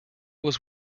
was